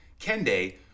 kende